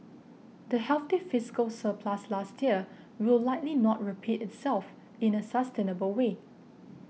the healthy fiscal surplus last year will likely not repeat itself in a sustainable way